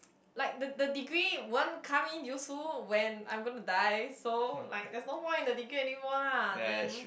like the the degree won't come in useful when I'm going to die so like there's no more in the degree anymore lah then